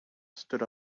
stood